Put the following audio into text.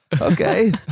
Okay